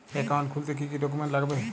Account খুলতে কি কি ডকুমেন্ট লাগবে?